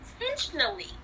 intentionally